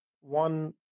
one